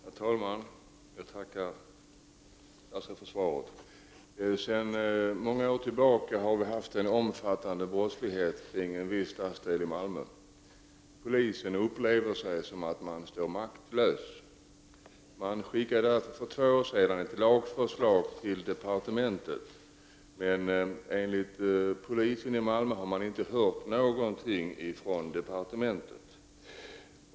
Herr talman! Jag tackar statsrådet för svaret. Sedan många år tillbaka har vi haft en omfattande brottslighet kring en viss stadsdel i Malmö. Polisen upplever att den står maktlös. Den skickade därför för två år sedan ett lagförslag till departementet, men enligt polisen i Malmö har den inte hört någonting från departementet.